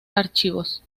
archivos